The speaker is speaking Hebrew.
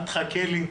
אל תחכה לי,